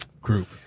group